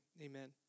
amen